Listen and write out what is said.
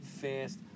fast